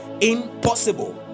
impossible